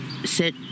sit